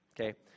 okay